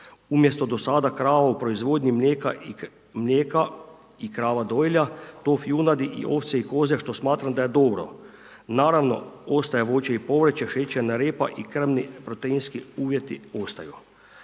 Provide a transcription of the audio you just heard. umjesto do sada krava u proizvodnji mlijeka i krava dojilja, .../Govornik se ne razumije./... i ovce i koze što smatram da je dobro. Naravno, ostaje voće i povrće, šećerna repa i krmni proteinski uvjeti ostaju.